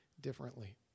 differently